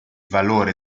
valore